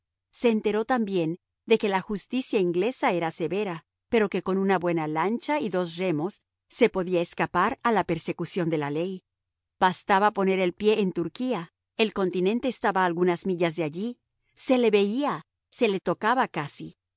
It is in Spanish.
se enteró también de que la justicia inglesa era severa pero que con una buena lancha y dos remos se podía escapar a la persecución de la ley bastaba poner el pie en turquía el continente estaba a algunas millas de allí se le veía se le tocaba casi